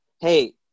hey